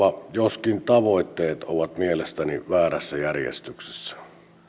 joskin tavoitteet ovat mielestäni väärässä järjestyksessä